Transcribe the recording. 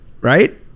right